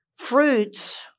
Fruits